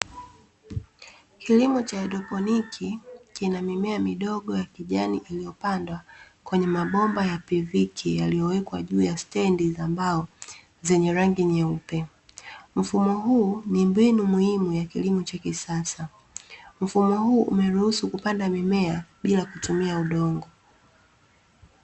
Kilimo cha "haidroponiki" kina mimea midogo ya kijani, iliyopandwa kwenye mabomba ya PVK yaliyowekwa juu ya stendi za mbao zenye rangi nyeupe. Mfumo huu ni mbinu muhimu ya kilimo cha kisasa. Mfumo huu umeruhusu kupanda mimea bila kutumia udongo.